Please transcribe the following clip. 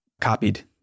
copied